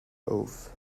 oath